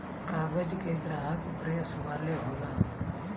कागज के ग्राहक प्रेस वाले होलन